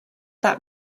that